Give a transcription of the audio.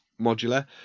modular